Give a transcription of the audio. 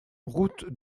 route